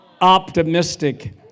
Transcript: optimistic